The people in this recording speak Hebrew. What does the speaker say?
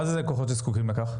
מה זה ללקוחות שזקוקים לכך?